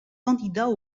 candidats